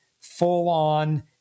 full-on